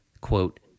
quote